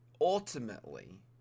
ultimately